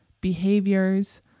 behaviors